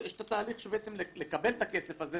יש תהליך לקבל את הכסף הזה.